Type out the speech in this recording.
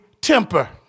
temper